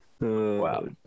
Wow